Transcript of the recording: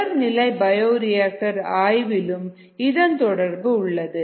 தொடர் நிலை பயோரியாக்டர் ஆய்விலும் இதன் தொடர்பு உள்ளது